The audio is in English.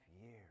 years